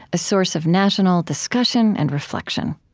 a source of national discussion and reflection